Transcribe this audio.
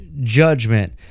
judgment